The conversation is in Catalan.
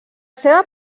seva